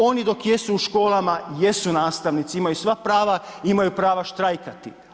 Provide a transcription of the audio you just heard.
Oni dok jesu u školama, jesu nastavnici, imaju sva prava i imaju prava štrajkati.